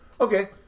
Okay